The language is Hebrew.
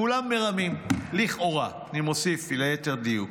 כולם מרמים, לכאורה, אני מוסיף, ליתר דיוק,